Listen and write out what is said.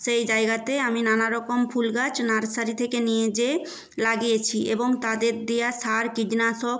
সেই জায়গাতে আমি নানা রকম ফুল গাছ নার্সারি থেকে নিয়ে যেয়ে লাগিয়েছি এবং তাদের দেওয়া সার কীটনাশক